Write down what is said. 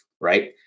right